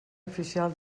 oficial